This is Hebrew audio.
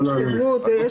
לא